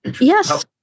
Yes